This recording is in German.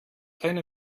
eine